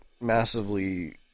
massively